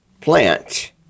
plant